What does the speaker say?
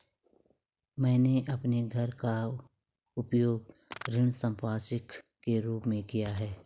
मैंने अपने घर का उपयोग ऋण संपार्श्विक के रूप में किया है